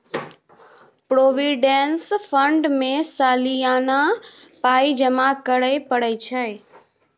provident fund मे सलियाना पाइ जमा करय परय छै